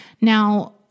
Now